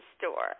store